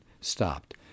stopped